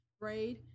braid